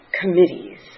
committees